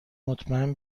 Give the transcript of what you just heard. مطمئن